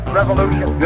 revolution